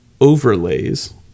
overlays